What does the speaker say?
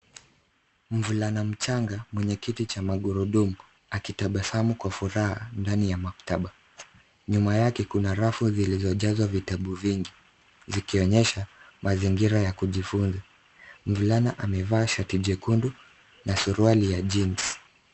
Mvulana mchanga mwenye kiti cha magurudumu akitabasamu kwa furaha ndani ya maktaba. Nyuma yake kuna rafu zilizojazwa vitabu vingi zikionyesha mazingira ya kujifunza. Mvulana amevaa shati jekundu na suruali ya jeans .